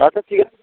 আচ্ছা ঠিক আছে